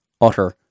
utter